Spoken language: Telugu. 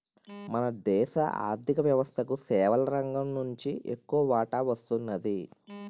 మన దేశ ఆర్ధిక వ్యవస్థకు సేవల రంగం నుంచి ఎక్కువ వాటా వస్తున్నది